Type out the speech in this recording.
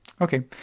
Okay